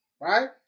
right